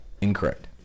Incorrect